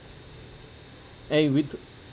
eh with the